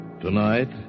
Tonight